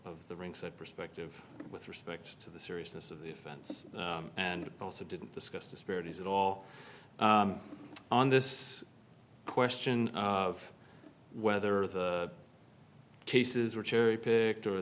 of the ring said perspective with respect to the seriousness of the offense and also didn't discuss disparities at all on this question of whether the cases were cherry picked